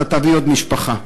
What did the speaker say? אתה תביא עוד משפחה.